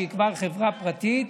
שהיא כבר חברה פרטית,